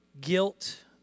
guilt